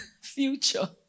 future